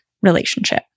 relationship